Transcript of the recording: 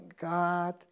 God